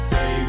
Say